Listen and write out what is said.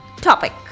topic